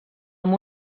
amb